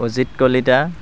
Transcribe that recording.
Ajit Kalita